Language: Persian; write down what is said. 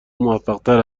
موفقتر